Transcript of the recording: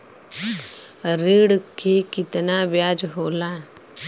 ऋण के कितना ब्याज होला?